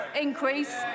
increase